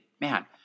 man